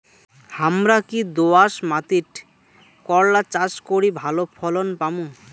হামরা কি দোয়াস মাতিট করলা চাষ করি ভালো ফলন পামু?